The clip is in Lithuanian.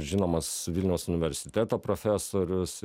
žinomas vilniaus universiteto profesorius